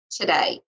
today